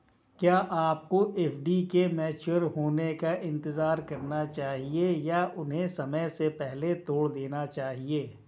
क्या आपको एफ.डी के मैच्योर होने का इंतज़ार करना चाहिए या उन्हें समय से पहले तोड़ देना चाहिए?